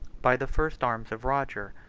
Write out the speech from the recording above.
by the first arms of roger,